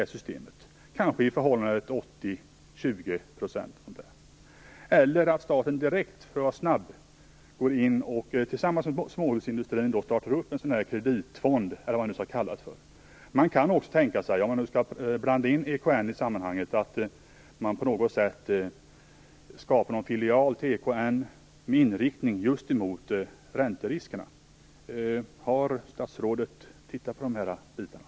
Fördelningen kanske kunde vara 80-20 %. Ett annat alternativ är att staten direkt tillsammans med småhusindustrin startar upp en kreditfond eller vad man skall kalla den för. Om man nu skall blanda in Exportkreditnämnden i sammanhanget, kan man också tänka sig att en filial till Exportkreditnämnden bildas med inriktning just på att garantera ränteriskerna. Har statsrådet sett över dessa frågor?